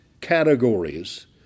categories